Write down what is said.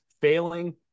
failing